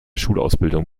schulausbildung